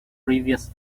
previous